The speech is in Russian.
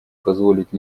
позволить